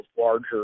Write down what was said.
larger